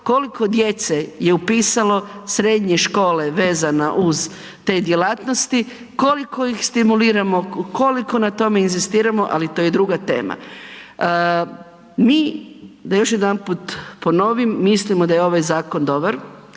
koliko djece je upisalo srednje škole vezano uz te djelatnosti, koliko ih stimuliramo, koliko na tome inzistiramo, ali to je druga tema. Mi da još jedanput ponovim, mislimo da je ovaj zakon dobar